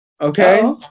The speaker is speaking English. okay